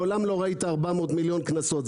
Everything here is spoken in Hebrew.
מעולם לא ראית 400 מיליון קנסות,